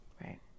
Right